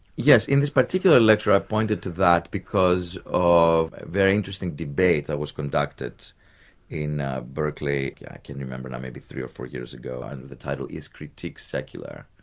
yes, in this particular lecture i've pointed to that because of a very interesting debate that was conducted in berkeley, i can't remember now, maybe three or four years ago under the title is critique secular?